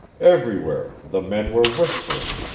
everywhere, the men were whispering.